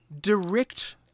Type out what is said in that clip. direct